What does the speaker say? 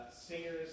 singers